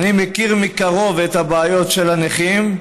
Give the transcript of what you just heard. אני מכיר מקרוב את הבעיות של הנכים,